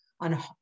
on